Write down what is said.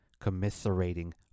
commiserating